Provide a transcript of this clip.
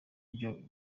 ibyo